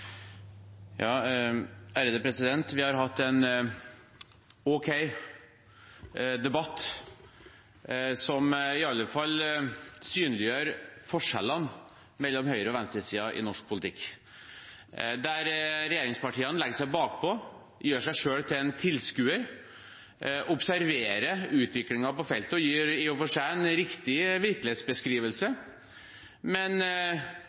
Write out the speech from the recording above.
Vi har hatt en okay debatt som i alle fall synliggjør forskjellene mellom høyresiden og venstresiden i norsk politikk: Regjeringspartiene legger seg bakpå, gjør seg selv til en tilskuer, observerer utviklingen på feltet og gir i og for seg en riktig virkelighetsbeskrivelse, men